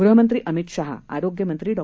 गृहमंत्री अभित शहा आरोग्य मंत्री डॉ